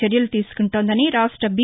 చర్యలు తీసుకుంటోందని రాష్ట బి